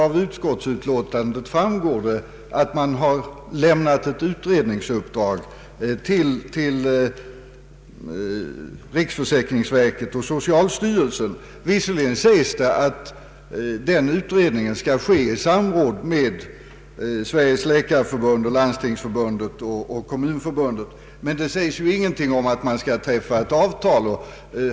Av detsamma framgår nämligen att ett utredningsuppdrag lämnats till riksförsäkringsverket och socialstyrelsen. Visserligen heter det att utredningen skall ske i samråd med Svenska landstingsförbundet, Svenska kommunförbundet och Sveriges läkarförbund, men ingenting sägs om att ett avtal skall träffas.